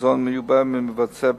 מים, עד 60% ו-70% ממשקלם.